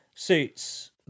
Suits